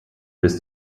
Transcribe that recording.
bis